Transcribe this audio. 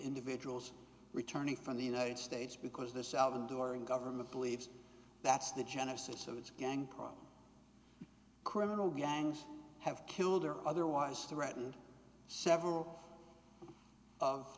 individuals returning from the united states because the salvadoran government believes that's the genesis of its gang problem criminal gangs have killed or otherwise threatened several of